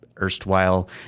erstwhile